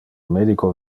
medico